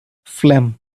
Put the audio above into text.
phlegm